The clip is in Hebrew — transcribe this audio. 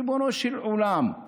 ריבונו של עולם,